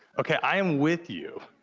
okay, i am with you,